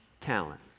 talent